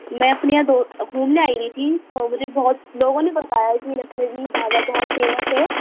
میں اپنے یہاں دو گھومنے آئی ہوئی تھی تو مجھے بہت لوگوں نے بتایا کہ لکھنوی ڈھابہ بہت فیمس ہے